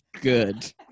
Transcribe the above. Good